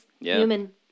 human